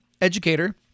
educator